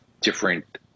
different